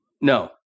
No